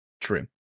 true